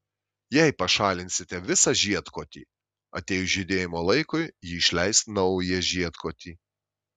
jei pašalinsite visą žiedkotį atėjus žydėjimo laikui ji išleis naują žiedkotį